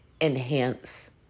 enhance